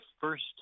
first